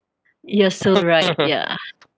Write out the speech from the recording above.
you're so right yeah